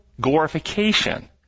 glorification